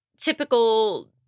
typical